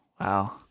Wow